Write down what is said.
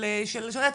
של רצח,